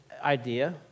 idea